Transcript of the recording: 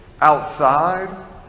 outside